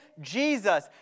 Jesus